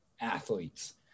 athletes